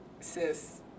sis